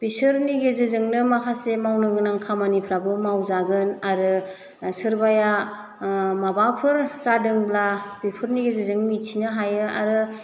बिसोरनि गेजेरजोंनो माखासे मावनो गोनां खामानिफ्राबो मावजागोन आरो सोरबाया माबाफोर जादोंब्ला बेफोरनि गेजेरजों मिथिनो हायो आरो